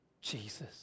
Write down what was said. Jesus